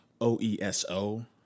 O-E-S-O